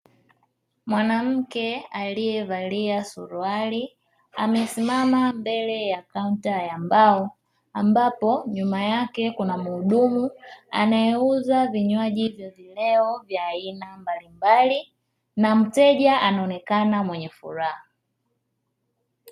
Mwanamke aliyevalia suruali amesimama mbele ya kaunta ya mbao. Ambapo nyuma yake muhudumu anayeuza vinywaji vya vileo vya aina mbalimbali na mteja anaonekana mwenye furaha.